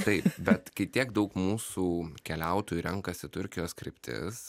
taip bet kai tiek daug mūsų keliautojų renkasi turkijos kryptis